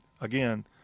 again